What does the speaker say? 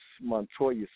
Montoya